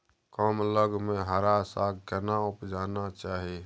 कम लग में हरा साग केना उपजाना चाही?